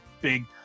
big